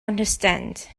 understand